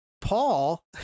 Paul